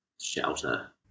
shelter